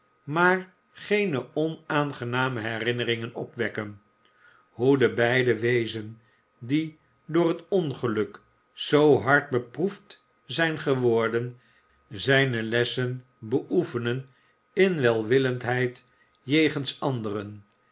maar geene onaangename herinneringen opwekken hoe de beide weezen die door het ongeluk zoo hard beproefd zijn geworden zijne lessen beoefenen in welwillendheid jegens anderen